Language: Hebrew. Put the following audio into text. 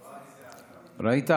ראית?